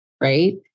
right